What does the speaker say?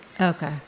okay